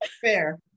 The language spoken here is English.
Fair